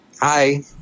Hi